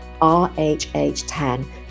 RHH10